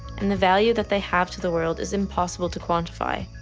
and the value that they have to the world is impossible to quantify.